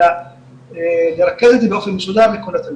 אלא לרכז את זה באופן מסודר לכל התלמידים.